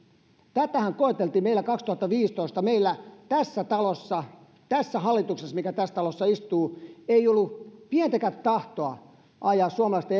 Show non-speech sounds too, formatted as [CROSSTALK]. tätähän koeteltiin meillä kaksituhattaviisitoista ja tässä talossa tässä hallituksessa mikä tässä talossa istuu ei ollut pientäkään tahtoa ajaa suomalaisten [UNINTELLIGIBLE]